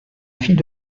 fille